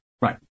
Right